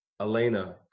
Elena